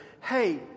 hey